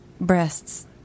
Breasts